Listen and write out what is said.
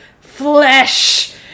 flesh